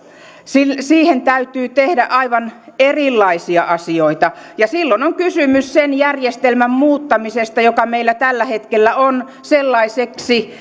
sitä varten täytyy tehdä aivan erilaisia asioita ja silloin on kysymys sen järjestelmän muuttamisesta joka meillä tällä hetkellä on sellaiseksi